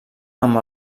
amb